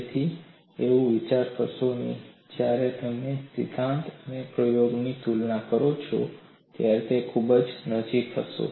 તેથી એવું વિચારશો નહીં કે જ્યારે તમે સિદ્ધાંત અને પ્રયોગની તુલના કરો છો ત્યારે તે ખૂબ જ નજીક હશે